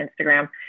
Instagram